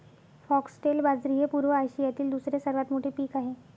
foxtail बाजरी हे पूर्व आशियातील दुसरे सर्वात मोठे पीक आहे